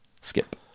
Skip